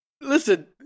Listen